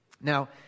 Now